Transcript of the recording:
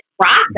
process